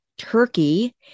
Turkey